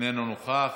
איננו נוכח.